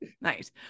Nice